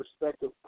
perspective